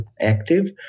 active